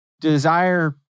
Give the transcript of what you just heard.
desire